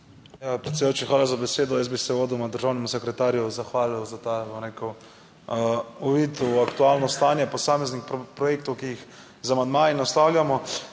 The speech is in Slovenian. Predsedujoči, hvala za besedo. Jaz bi se uvodoma državnemu sekretarju zahvalil za ta, bom rekel, uvid v aktualno stanje posameznih projektov, ki jih z amandmaji naslavljamo.